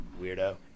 weirdo